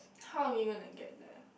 how are we gonna get there